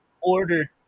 Ordered